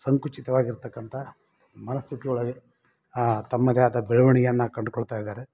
ಸಂಕುಚಿತವಾಗಿರ್ತಕ್ಕಂಥ ಮನಸ್ಥಿತಿ ಒಳಗೆ ತಮ್ಮದೇ ಆದ ಬೆಳವಣಿಗೆಯನ್ನು ಕಂಡ್ಕೊಳ್ತಾಯಿದ್ದಾರೆ